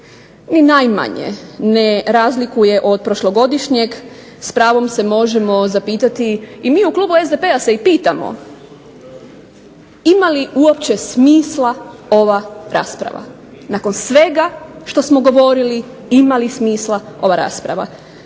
ni najmanje ne razlikuje od prošlogodišnjeg s pravom se možemo zapitati, i mi u Klubu SDP-a se pitamo ima li uopće smisla ova rasprava. Nakon svega što smo govorili ima li smisla ova rasprava.